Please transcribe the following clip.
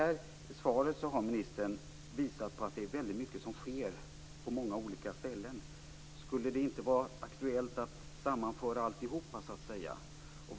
I svaret visar ministern på att det är mycket som sker på många olika ställen. Skulle det inte vara aktuellt att sammanföra alltihop?